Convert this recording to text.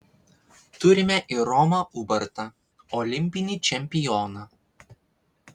turime ir romą ubartą olimpinį čempioną